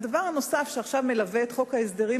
דבר נוסף שעכשיו מלווה את חוק ההסדרים